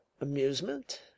amusement